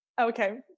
Okay